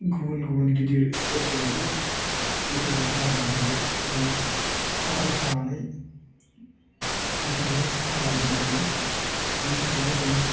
गुबुन गुबुन गिदिर स्टेजफोरावबो रिप्रेजेन्ट खालामहैनो हायो एबा साहस जानानै रिप्रेजेन्ट खालाम हैनो हायो बेनि थाखायनो जों